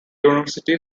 university